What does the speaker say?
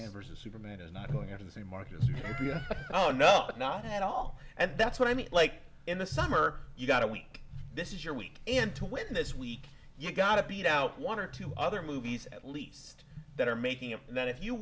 versus superman it's not going to the same market oh no not at all and that's what i mean like in the summer you've got a week this is your week and to win this week you've got to beat out one or two other movies at least that are making it and then if you